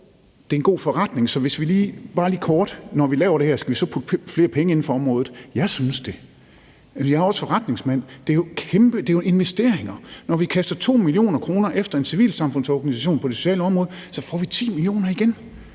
det er en god forretning, så hvis vi nu bare lige kort overvejer: Når vi laver det her, skal vi så putte flere penge i området? Jeg synes det. Jeg er jo også forretningsmand. Det er investeringer; når vi kaster 2 mio. kr. efter en civilsamfundsorganisation på det sociale område, får vi 10 mio. kr. igen